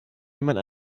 jemand